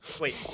Wait